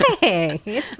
Hey